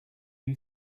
you